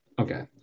Okay